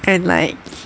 and like